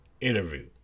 interview